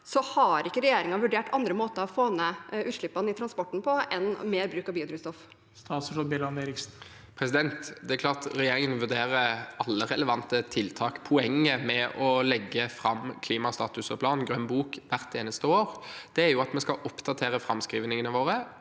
Har ikke regjeringen vurdert andre måter å få ned utslippene i transporten på enn med mer bruk av biodrivstoff? Statsråd Andreas Bjelland Eriksen Det er klart at regjeringen vurderer alle relevante tiltak. Poenget med å legge fram klimastatus og -plan, Grønn bok, hvert eneste år er at vi skal oppdatere framskrivningene våre